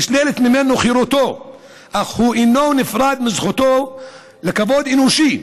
נשללת ממנו חירותו אך הוא אינו נפרד מזכותו לכבוד אנושי.